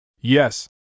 Yes